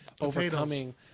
overcoming